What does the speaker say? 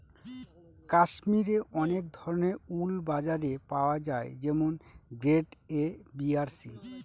কাশ্মিরে অনেক ধরনের উল বাজারে পাওয়া যায় যেমন গ্রেড এ, বি আর সি